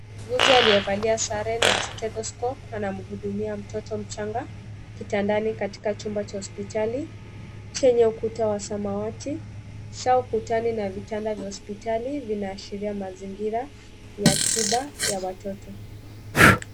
Muuguzi aliyevalia sare na stetoscope anamhudumia mtoto mchanga kitandani katika chumba cha hospitali, chenye ukuta wa samawati. Saa kutani na vitanda vya hospitali, vinaashiria mazingira ya tiba ya watoto.